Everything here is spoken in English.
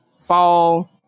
fall